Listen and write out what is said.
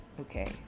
okay